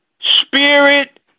spirit